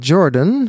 Jordan